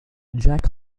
jack